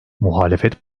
muhalefet